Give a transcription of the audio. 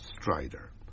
Strider